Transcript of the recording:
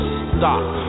stop